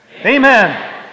Amen